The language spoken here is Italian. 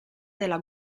della